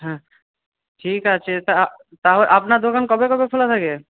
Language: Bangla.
হ্যাঁ ঠিক আছে তা তাও আপনার দোকান কবে কবে খোলা থাকে